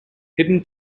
hidden